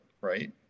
right